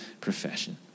profession